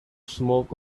smoke